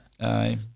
Aye